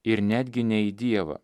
ir netgi ne į dievą